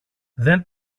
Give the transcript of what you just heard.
δεν